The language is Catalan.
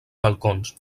balcons